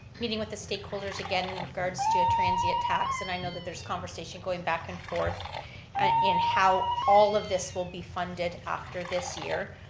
meeting with the stakeholders again in regards to a transient tax and i know that there's conversation going back and forth and in how all of this will be funded after this year.